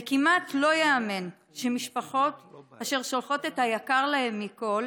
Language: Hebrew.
זה כמעט לא ייאמן שמשפחות אשר שולחות את היקר להן מכול